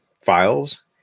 files